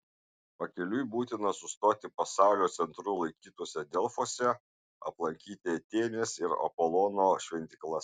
pakeliui būtina sustoti pasaulio centru laikytuose delfuose aplankyti atėnės ir apolono šventyklas